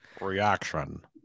Reaction